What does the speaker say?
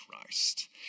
Christ